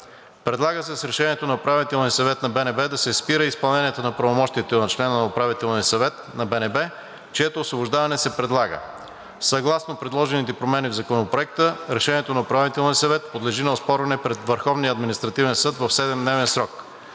Предлага се с решението на Управителния съвет на БНБ да се спира изпълнението на правомощията на члена на Управителния съвет на БНБ, чието освобождаване се предлага. Съгласно предложените промени в Законопроекта решението на Управителния съвет подлежи на оспорване пред Върховния